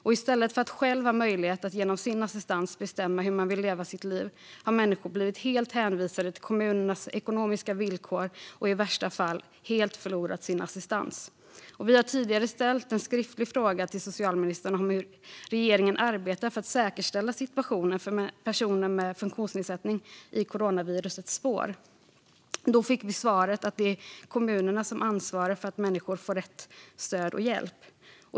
I stället för att själva ha möjlighet att genom sin assistans bestämma hur de vill leva sitt liv har människor blivit helt hänvisade till kommunernas ekonomiska villkor, och i värsta fall har de helt förlorat sin assistans. Vi har tidigare ställt en skriftlig fråga till socialministern om hur regeringen arbetar för att säkerställa situationen för personer med funktionsnedsättning i coronavirusets spår. Då fick vi svaret att det är kommunerna som ansvarar för att människor får rätt stöd och hjälp.